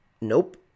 Nope